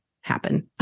happen